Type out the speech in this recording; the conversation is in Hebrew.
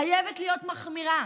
חייבת להיות מחמירה.